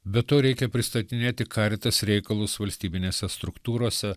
be to reikia pristatinėti karitas reikalus valstybinėse struktūrose